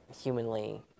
humanly